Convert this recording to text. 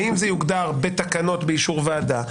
האם זה יוגדר בתקנות באישור ועדה,